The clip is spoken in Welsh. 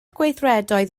gweithredoedd